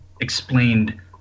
explained